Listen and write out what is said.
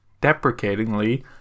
deprecatingly